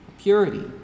purity